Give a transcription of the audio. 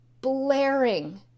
blaring